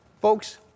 Folks